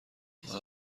آنها